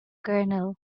colonel